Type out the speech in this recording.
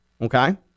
Okay